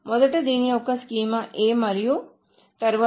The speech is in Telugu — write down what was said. మొదట దీని యొక్క స్కీమా A మరియు తరువాత